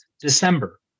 December